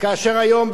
כאשר היום,